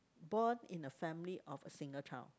birth in a family of a single child